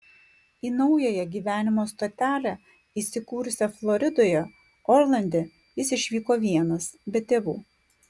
į naująją gyvenimo stotelę įsikūrusią floridoje orlande jis išvyko vienas be tėvų